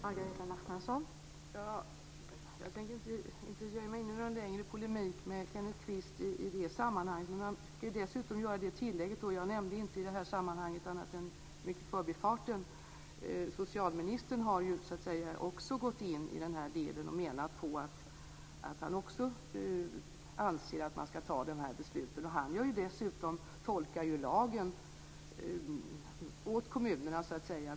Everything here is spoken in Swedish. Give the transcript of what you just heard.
Fru talman! Jag tänker inte ge mig in i någon längre polemik med Kenneth Kvist i detta sammanhang, men jag kan göra ett tillägg. Jag nämnde inte detta annat än i förbifarten. Socialministern har också gått in i den här delen och sagt att han anser att man ska ta de här besluten. Han tolkar dessutom lagen åt kommunerna.